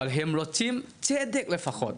אבל הם רוצים צדק לפחות.